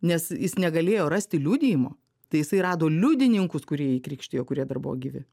nes jis negalėjo rasti liudijimo tai jisai rado liudininkus kurie jį krikštijo kurie dar buvo gyvi